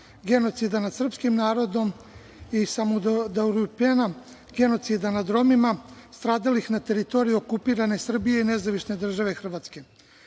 genocida nad srpskim narodom, genocida nad Romima stradalih na teritoriji okupirane Srbije i Nezavisne države Hrvatske. Promena